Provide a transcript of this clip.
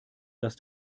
dass